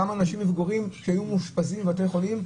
כמה אנשים מבוגרים שהיו מאושפזים בבתי חולים,